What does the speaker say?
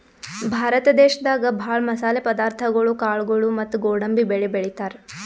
ಭಾರತ ದೇಶದಾಗ ಭಾಳ್ ಮಸಾಲೆ ಪದಾರ್ಥಗೊಳು ಕಾಳ್ಗೋಳು ಮತ್ತ್ ಗೋಡಂಬಿ ಬೆಳಿ ಬೆಳಿತಾರ್